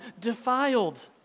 defiled